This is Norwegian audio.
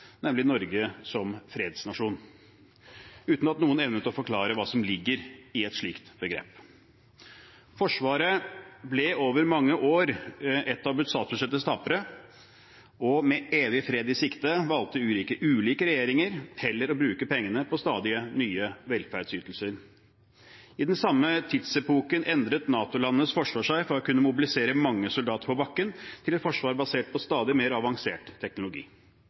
nemlig Norge som fredsnasjon, uten at noen evnet å forklare hva som ligger i et slikt begrep. Forsvaret ble over mange år en av statsbudsjettets tapere, og med evig fred i sikte valgte ulike regjeringer heller å bruke pengene på stadig nye velferdsytelser. I den samme tidsepoken endret NATO-landenes forsvar seg fra å kunne mobilisere mange soldater på bakken til et forsvar basert på stadig mer avansert teknologi.